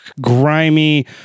grimy